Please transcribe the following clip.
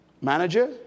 manager